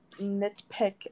nitpick